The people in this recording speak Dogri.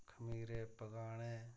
खमीरे पकाने